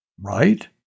right